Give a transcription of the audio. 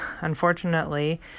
Unfortunately